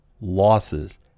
losses